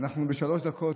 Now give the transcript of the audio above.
אנחנו בשלוש דקות,